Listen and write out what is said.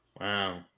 Wow